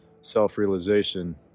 self-realization